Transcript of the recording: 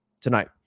tonight